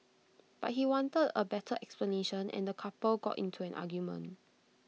but he wanted A better explanation and the couple got into an argument